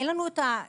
ואין לנו פסיכיאטר.